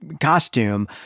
costume